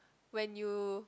when you